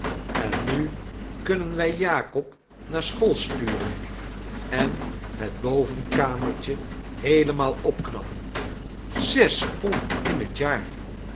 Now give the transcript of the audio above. en nu kunnen wij jakob naar school sturen en het bovenkamertje heelemaal opknappen zes pond in het jaar